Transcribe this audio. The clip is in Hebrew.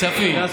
כספים.